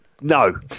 No